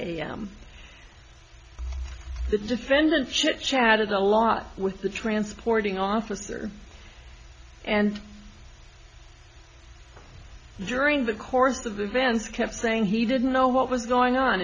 am the defendant chit chatted a lot with the transporting officer and during the course of events kept saying he didn't know what was going on